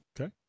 Okay